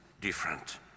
different